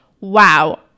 wow